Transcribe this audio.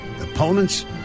opponents